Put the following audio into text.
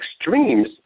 extremes